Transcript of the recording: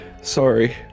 Sorry